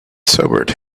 sobered